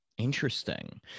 Interesting